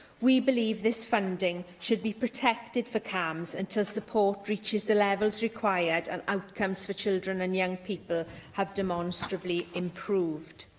we believe this funding should be protected for camhs and until support reaches the levels required and outcomes for children and young people have demonstrably improved.